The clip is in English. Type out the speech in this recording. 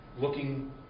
looking